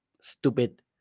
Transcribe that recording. stupid